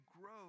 grow